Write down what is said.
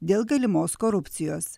dėl galimos korupcijos